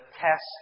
test